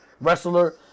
wrestler